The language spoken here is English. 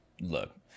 look